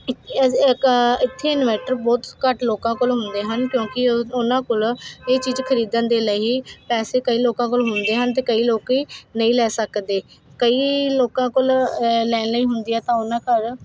ਇਕ ਇੱਕ ਇੱਥੇ ਇਨਵੈਟਰ ਬਹੁਤ ਘੱਟ ਲੋਕਾਂ ਕੋਲ ਹੁੰਦੇ ਹਨ ਕਿਉਂਕਿ ਉਹਨਾਂ ਕੋਲ ਇਹ ਚੀਜ਼ ਖਰੀਦਣ ਦੇ ਲਈ ਪੈਸੇ ਕਈ ਲੋਕਾਂ ਕੋਲ ਹੁੰਦੇ ਹਨ ਅਤੇ ਕਈ ਲੋਕ ਨਹੀਂ ਲੈ ਸਕਦੇ ਕਈ ਲੋਕਾਂ ਕੋਲ ਲੈਣ ਲਈ ਹੁੰਦੀਆਂ ਤਾਂ ਉਹਨਾਂ ਘਰ